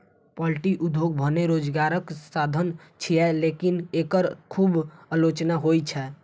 poultry उद्योग भने रोजगारक साधन छियै, लेकिन एकर खूब आलोचना होइ छै